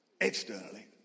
externally